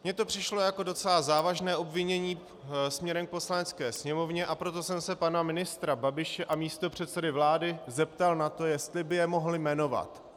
Mě to přišlo jako docela závažné obvinění směrem k Poslanecké sněmovně, a proto jsem se pana ministra Babiše a místopředsedy vlády zeptal na to, jestli by je mohl jmenovat.